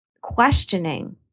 questioning